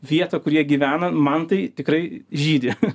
vietą kur jie gyvena man tai tikrai žydi